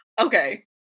okay